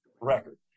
record